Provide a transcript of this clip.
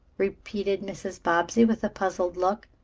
repeated mrs. bobbsey, with a puzzled look.